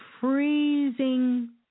freezing